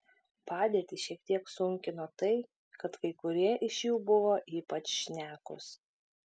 padėtį šiek tiek sunkino tai kad kai kurie iš jų buvo ypač šnekūs